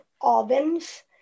ovens